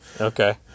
Okay